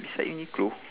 beside Uniqlo